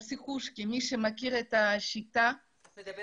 אני לומר